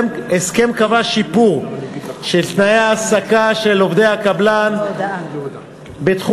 ההסכם קבע שיפור של תנאי ההעסקה של עובדי הקבלן בתחום